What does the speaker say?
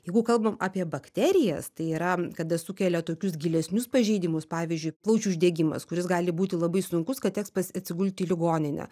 jeigu kalbam apie bakterijas tai yra kada sukelia tokius gilesnius pažeidimus pavyzdžiui plaučių uždegimas kuris gali būti labai sunkus kad teks pas atsigult į ligoninę